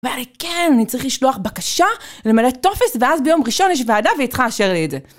ואני כן, אני צריך לשלוח בקשה למלא טופס ואז ביום ראשון יש ועדה והיא צריכה לאשר לי את זה.